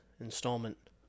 installment